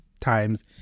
times